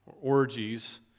orgies